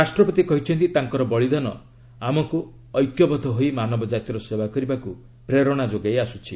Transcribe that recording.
ରାଷ୍ଟ୍ରପତି କହିଛନ୍ତି ତାଙ୍କର ବଳିଦାନ ଆମକୁ ଐକ୍ୟବଦ୍ଧ ହୋଇ ମାନବ ଜାତିର ସେବା କରିବାକୁ ପ୍ରେରଣା ଯୋଗାଇ ଆସୁଛି